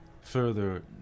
further